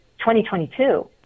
2022